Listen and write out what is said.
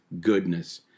goodness